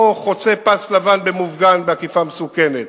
או חוצה פס לבן במופגן בעקיפה מסוכנת,